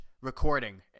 recording